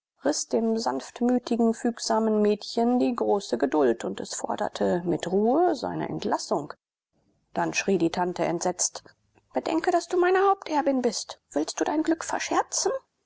dem sanftmütigen fügsamen mädchen die große geduld und es forderte mit ruhe seine entlassung dann schrie die tante entsetzt bedenke daß du meine haupterbin bist willst du dein glück verscherzen